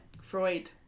Freud